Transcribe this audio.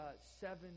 seven